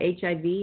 HIV